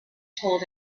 told